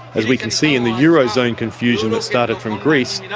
as we can see in the eurozone confusion that started from greece, you know